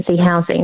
housing